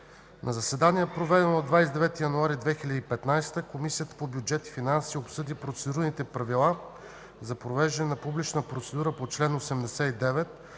На заседание, проведено на 29 януари 2015 г., Комисията по бюджет и финанси обсъди процедурни правила за провеждане на публична процедура по чл. 89